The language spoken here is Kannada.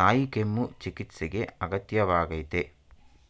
ನಾಯಿಕೆಮ್ಮು ಚಿಕಿತ್ಸೆಗೆ ಅಗತ್ಯ ವಾಗಯ್ತೆ